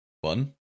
one